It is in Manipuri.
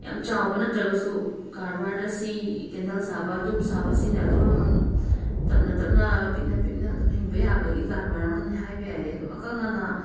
ꯌꯥꯝ ꯆꯥꯎꯕ ꯅꯠꯇ꯭ꯔꯒꯁꯨ ꯀꯔꯕꯥꯔ ꯑꯁꯤ ꯀꯦꯟꯗꯜ ꯁꯥꯕ ꯗꯨꯛ ꯁꯥꯕ ꯁꯤꯅ ꯑꯗꯨꯝ ꯇꯞꯅ ꯇꯞꯅ ꯄꯤꯛꯅ ꯄꯤꯛꯅ ꯑꯗꯨꯝ ꯍꯤꯡꯕ ꯌꯥꯕꯒꯤ ꯀꯔꯕꯥꯔ ꯑꯃꯅꯦ ꯍꯥꯏꯕ ꯌꯥꯏꯌꯦ ꯑꯗꯣ ꯑꯀꯛꯅꯅ